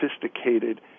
sophisticated